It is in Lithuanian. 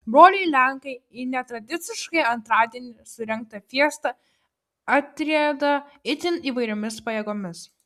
broliai lenkai į netradiciškai antradienį surengtą fiestą atrieda itin įvairiomis pajėgomis